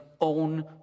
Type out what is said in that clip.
own